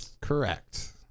Correct